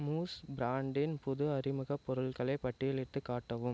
mousse ப்ராண்டின் புது அறிமுகப் பொருட்களை பட்டியலிட்டுக் காட்டவும்